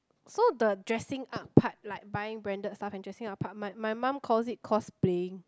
so the dressing up part like buying branded stuff and dressing up part my my mum calls it cosplaying